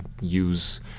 use